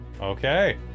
okay